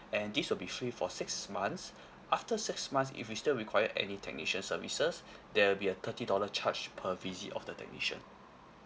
and this will be free for six months after six months if you still require any technician services there will be a thirty dollar charge per visit of the technician